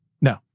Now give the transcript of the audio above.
No